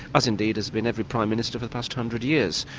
as indeed has been every prime minister for the past two hundred years.